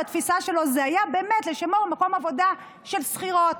בתפיסה שלו זה היה באמת לשמור מקום עבודה של השכירות.